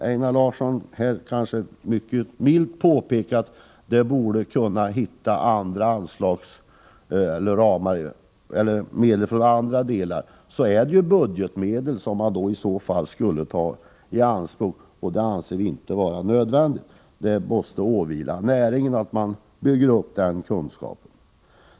Einar Larsson påpekade mycket milt att det borde vara möjligt att hitta medel på annat håll. Det skulle i så fall vara budgetmedel som togs i anspråk, och det anser vi inte vara nödvändigt. Det måste åvila näringen att bygga upp denna kunskap.